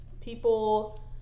people